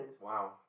Wow